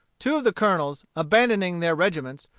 two of the colonels, abandoning their regiments,